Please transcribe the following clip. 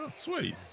sweet